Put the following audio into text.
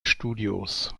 studios